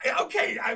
Okay